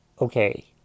Okay